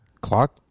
clock